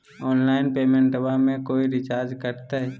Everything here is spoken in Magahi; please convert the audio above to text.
ऑनलाइन पेमेंटबां मे कोइ चार्ज कटते?